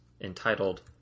entitled